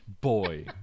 Boy